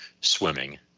swimming